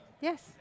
yes